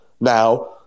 now